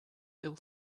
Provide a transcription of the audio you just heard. ill